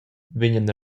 vegnan